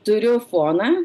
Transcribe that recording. turiu foną